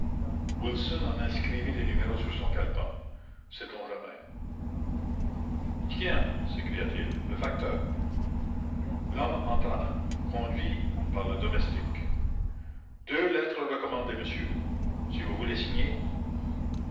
wilson en inscrivit les numéros sur son calepin sait-on jamais tiens s'écria-t-il le facteur l'homme entra conduit par le domestique deux lettres recommandées monsieur si vous voulez bien signer